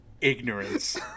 ignorance